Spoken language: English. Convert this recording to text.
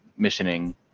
missioning